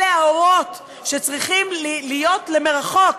אלה האורות שצריכים להיות למרחוק,